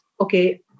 okay